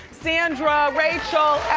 sandra, rachel,